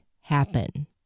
happen